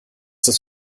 das